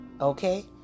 Okay